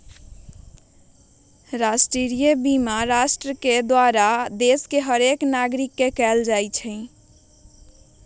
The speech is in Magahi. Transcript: राष्ट्रीय बीमा राष्ट्र द्वारा देश के हरेक नागरिक के कएल जाइ छइ